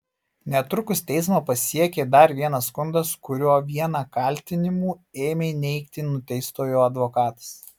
netrukus teismą pasiekė dar vienas skundas kuriuo vieną kaltinimų ėmė neigti nuteistojo advokatas